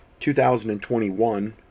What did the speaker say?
2021